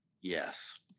Yes